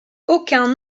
aucun